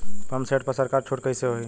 Pump set पर सरकार छूट कईसे होई?